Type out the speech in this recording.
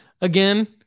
again